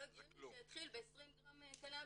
לא הגיוני שיתחיל ב-20 גרם קנאביס.